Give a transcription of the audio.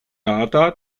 data